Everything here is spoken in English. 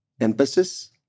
emphasis